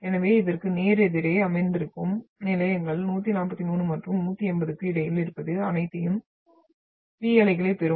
எனவே இதற்கு நேர் எதிரே அமர்ந்திருக்கும் நிலையங்கள் 143 மற்றும் 180 க்கு இடையில்இருப்பது அனைத்தும் P அலைகளைப் பெறும்